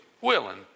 willing